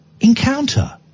encounter